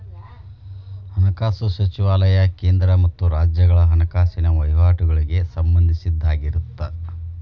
ಹಣಕಾಸು ಸಚಿವಾಲಯ ಕೇಂದ್ರ ಮತ್ತ ರಾಜ್ಯಗಳ ಹಣಕಾಸಿನ ವಹಿವಾಟಗಳಿಗೆ ಸಂಬಂಧಿಸಿದ್ದಾಗಿರತ್ತ